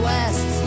West